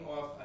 off